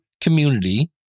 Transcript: community